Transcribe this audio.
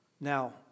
Now